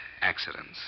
accidents